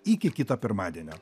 iki kito pirmadienio